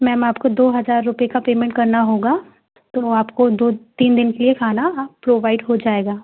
ma'am आपको दो हज़ार रुपये का पेमेंट करना होगा तो आपको दो तीन दिन के लिए खाना प्रोवाइड हो जाएगा